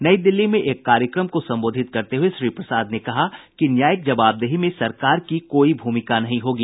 नई दिल्ली में एक कार्यक्रम को संबोधित करते हुए श्री प्रसाद ने कहा कि न्यायिक जवाबदेही में सरकार की कोई भूमिका नहीं होगी